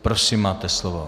Prosím, máte slovo.